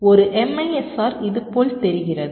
ஒரு MISR இது போல் தெரிகிறது